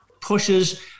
pushes